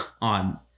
on